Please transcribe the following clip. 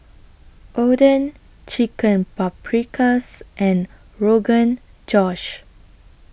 Oden Chicken Paprikas and Rogan Josh